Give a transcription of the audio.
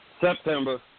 September